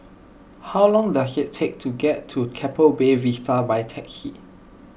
how long does it take to get to Keppel Bay Vista by taxi